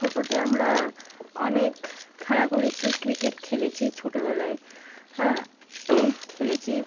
ছোটোতে আমরা অনেক খেলা করেছি ক্রিকেট খেলেছি ছোটোবেলায় হ্যাঁ খেলেছি